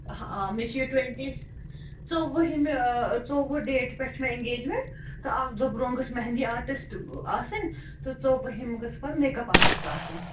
مےٚ چھِ یہِ ٹُوَنٹی ژوٚوُہمہِ ژوٚوُہ ڈیٹ پٮ۪ٹھ چھِ مےٚ ایٚنگج میٚنٹ تہٕ اَکھ دۄہ برٛۄنٛہہ گٔژھ مہندی آرٹِسٹہٕ آسٕنۍ تہٕ ژوٚوُہم گژھِ پَتہٕ میک اَپ آرٹِسٹہٕ آسُن